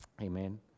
Amen